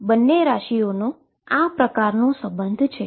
તો આ બંને રાશીનો આ પ્રકારનો સંબંધ છે